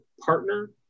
partner